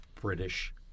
British